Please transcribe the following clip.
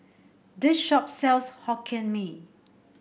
this shop sells Hokkien Mee